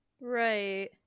right